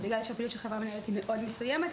בגלל שהפעילות של חברה מנהלת היא מאוד מסוימת,